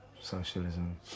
socialism